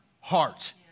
heart